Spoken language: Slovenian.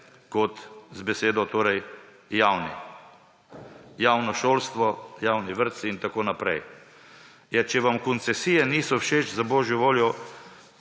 z besedo javne – javno šolstvo, javni vrtci in tako naprej. Če vam koncesije niso všeč, za božjo voljo,